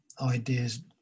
ideas